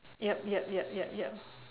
yup yup yup yup yup